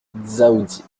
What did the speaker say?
dzaoudzi